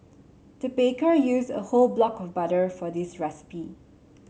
the baker used a whole block of butter for this recipe